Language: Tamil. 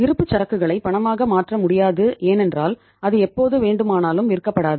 இருப்புச்சரக்குகளை பணமாக மாற்ற முடியாது ஏனென்றால் அது எப்போது வேண்டுமானாலும் விற்கப்படாது